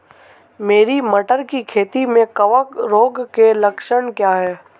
मेरी मटर की खेती में कवक रोग के लक्षण क्या हैं?